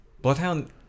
Bloodhound